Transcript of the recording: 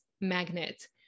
magnet